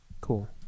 Cool